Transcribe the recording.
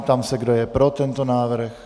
Ptám se, kdo je pro tento návrh.